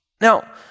Now